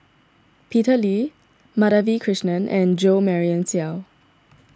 Peter Lee Madhavi Krishnan and Jo Marion Seow